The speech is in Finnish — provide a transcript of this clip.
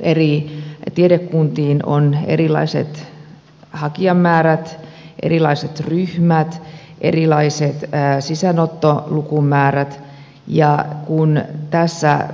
eri tiedekuntiin on erilaiset hakijamäärät erilaiset ryhmät erilaiset sisäänottolukumäärät ja kun tässä